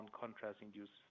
contrast-induced